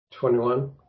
21